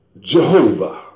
Jehovah